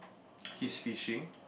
he's fishing